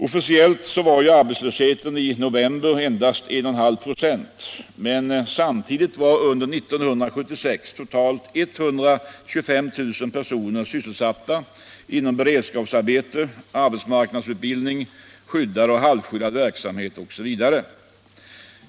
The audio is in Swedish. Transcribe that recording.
Officiellt var arbetslösheten i november endast 1,5 ?6, men samtidigt var under 1976 totalt 125 000 personer sysselsatta inom beredskapsarbete, arbetsmarknadsutbildning, skyddad och halvskyddad verksamhet osv.